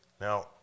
Now